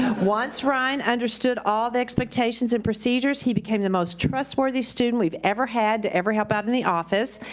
once ryan understood all the expectations and procedures, he became the most trustworthy student we've ever had to ever help out in the office.